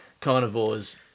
carnivores